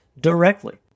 directly